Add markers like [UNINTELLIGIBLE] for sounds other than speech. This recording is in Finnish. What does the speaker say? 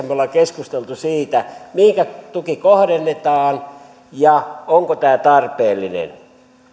[UNINTELLIGIBLE] me olemme keskustelleet siitä mihinkä tuki kohdennetaan ja onko tämä tarpeellinen